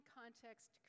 context